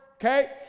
okay